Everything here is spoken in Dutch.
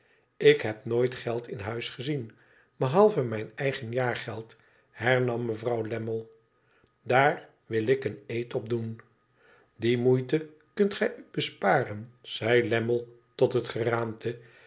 ik heb nooit geld in huis gezien behalve mijn eigen jaargeld hernam mevrouw lammie i daar wil ik een eed op doen die moeite kunt gij u besparen zei lammie tot het geraamte